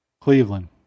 Cleveland